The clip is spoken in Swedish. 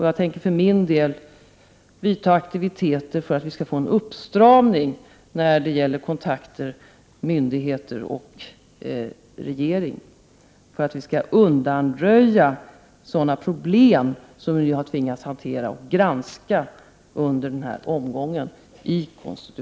Jag tänker för min del bidra till åtgärder för att vi skall få en uppstramning när det gäller kontakter med myndigheter och regeringen och för att vi skall undanröja sådana problem som vi har tvingats hantera och granska under den här omgången i KU.